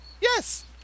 Yes